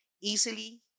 easily